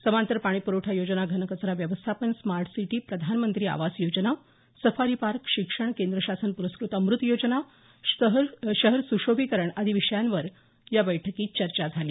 समांतर पाणी प्रवठा योजना घनकचरा व्यस्थापन स्मार्ट सिटी प्रधानमंत्री आवास योजना सफारी पार्क शिक्षण केंद्रशासन पुरस्कृत अमृत योजना शहर सुशोभिकरण आदी विषयांवर या बैठकीत चर्चा झाली